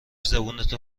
زبونتو